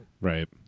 Right